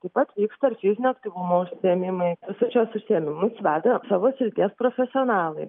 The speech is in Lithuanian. taip pat vyksta ir fizinio aktyvumo užsiėmimai visus šiuos užsiėmimus veda savo srities profesionalai